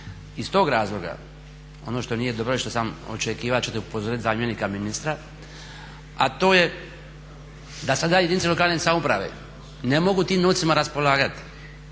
Iz tog razloga ono što nije dobro i što sam očekivao da ćete upozoriti zamjenika ministra a to je da sada jedinice lokalne samouprave ne mogu tim novcima raspolagati,